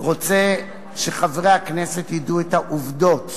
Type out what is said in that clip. אני רוצה שחברי הכנסת ידעו את העובדות,